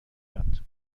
یاد